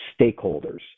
stakeholders